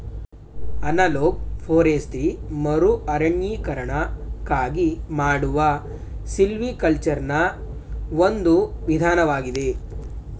analog forestry ಮರುಅರಣ್ಯೀಕರಣಕ್ಕಾಗಿ ಮಾಡುವ ಸಿಲ್ವಿಕಲ್ಚರೆನಾ ಒಂದು ವಿಧಾನವಾಗಿದೆ